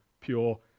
pure